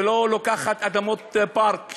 שלא לוקחת אדמות פארק,